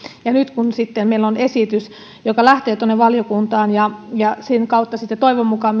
ja nyt meillä on esitys joka lähtee valiokuntaan ja ja sen kautta toivon mukaan